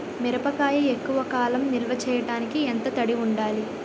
మిరపకాయ ఎక్కువ కాలం నిల్వ చేయటానికి ఎంత తడి ఉండాలి?